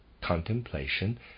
contemplation